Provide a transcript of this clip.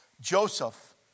Joseph